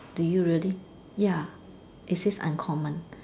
do you really ya it says uncommon